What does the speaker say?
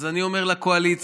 אז אני אומר לקואליציה,